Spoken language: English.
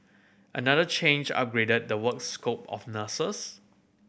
another change upgraded the work scope of nurses